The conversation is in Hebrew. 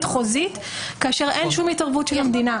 חוזית כאשר אין שום התערבות של המדינה.